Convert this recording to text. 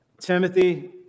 Timothy